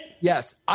Yes